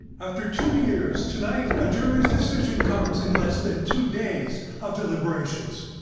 after two years, tonight a jury's decision comes in less than two days of deliberations.